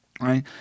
right